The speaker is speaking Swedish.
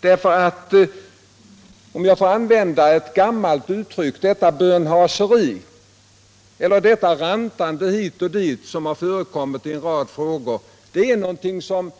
Detta ”bönhaseri” — om jag får använda ett gammalt uttryck — eller detta rantande hit och dit, som har förekommit i en rad frågor, är någonting som